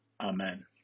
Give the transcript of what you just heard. Amen